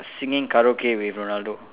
singing karaoke with Ronaldo